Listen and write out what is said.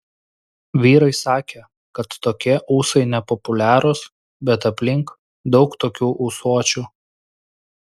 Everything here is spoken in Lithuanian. vyrai sakė kad tokie ūsai nepopuliarūs bet aplink daug tokių ūsuočių